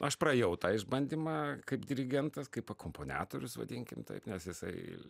aš praėjau tą išbandymą kaip dirigentas kaip akompaniatorius vadinkim taip nes jisai